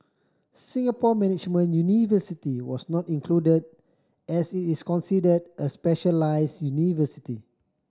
Singapore Management University was not included as it is considered a specialised university